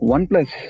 OnePlus